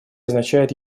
означает